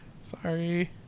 Sorry